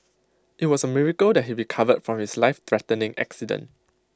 IT was A miracle that he recovered from his lifethreatening accident